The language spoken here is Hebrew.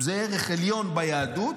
זה ערך עליון ביהדות,